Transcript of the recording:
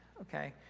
Okay